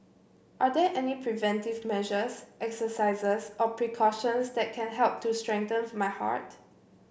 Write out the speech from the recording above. are there any preventive measures exercises or precautions that can help to strengthen my heart